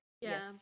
Yes